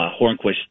Hornquist